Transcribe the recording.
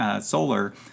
solar